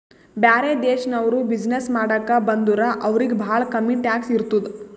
ಬ್ಯಾರೆ ದೇಶನವ್ರು ಬಿಸಿನ್ನೆಸ್ ಮಾಡಾಕ ಬಂದುರ್ ಅವ್ರಿಗ ಭಾಳ ಕಮ್ಮಿ ಟ್ಯಾಕ್ಸ್ ಇರ್ತುದ್